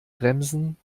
bremsen